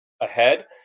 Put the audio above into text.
ahead